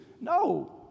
No